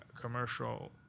commercial